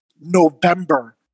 November